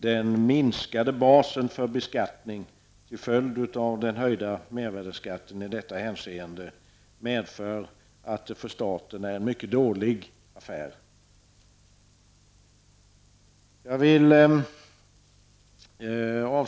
Den minskade basen för beskattning till följd av den höjda mervärdeskatten medför sannolikt en dålig affär för staten.